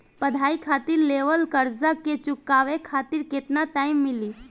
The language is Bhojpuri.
पढ़ाई खातिर लेवल कर्जा के चुकावे खातिर केतना टाइम मिली?